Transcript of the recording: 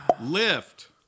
Lift